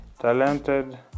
talented